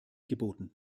geboten